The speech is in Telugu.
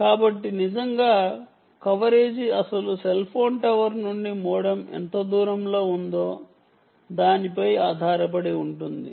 కాబట్టి నిజంగా కవరేజ్ అసలు సెల్ ఫోన్ టవర్ నుండి మోడెమ్ ఎంత దూరంలో ఉందో దానిపై ఆధారపడి ఉంటుంది